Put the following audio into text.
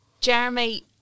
Jeremy